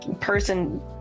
person